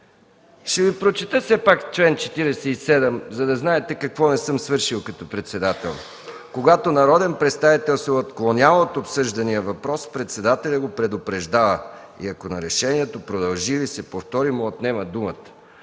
Ще Ви прочета все пак чл. 47, за да знаете какво не съм свършил като председател: „Когато народен представител се отклонява от обсъждания въпрос, председателят го предупреждава и ако нарушението продължи или се повтори, му отнема думата”.